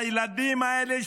הילדים האלה,